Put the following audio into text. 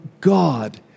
God